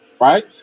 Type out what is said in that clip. Right